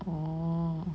orh